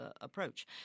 approach